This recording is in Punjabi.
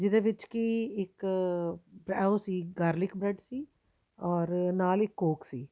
ਜਿਹਦੇ ਵਿੱਚ ਕਿ ਇੱਕ ਭਰਾਓ ਸੀ ਗਾਰਲਿਕ ਬਰੈਡ ਸੀ ਔਰ ਨਾਲ ਇੱਕ ਕੋਕ ਸੀ